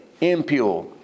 impure